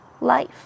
life